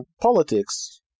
politics